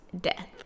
death